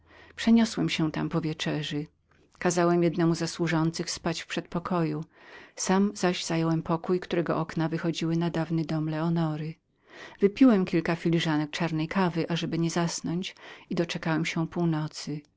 były jeszcze sprzęty po wieczerzy więc przeniosłem się kazałem jednemu ze służących spać w przedpokoju sam zaś zająłem pokój którego okna wychodziły na ulicę naprzeciwko dawnego domu leonory wypiłem kilka filiżanek czarnej kawy ażeby nie zasnąć i doczekałem się północy